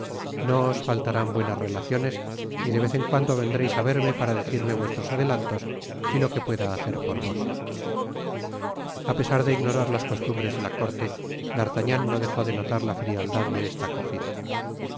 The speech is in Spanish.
os fatarán buenas relaciones y de vez en cuando vendréis á verme para decirme vuestros adelantos y lo que pueda hacer por vos apesar de ignorar las costumbres de la corte d'artagnan no dejó de notar la frialdad de esta acogida